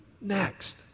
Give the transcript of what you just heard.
next